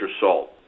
salt